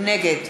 נגד